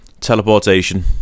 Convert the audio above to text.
Teleportation